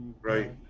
Right